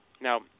Now